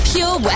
Pure